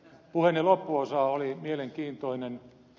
puheenne loppuosa oli mielenkiintoinen